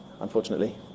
unfortunately